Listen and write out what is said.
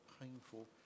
painful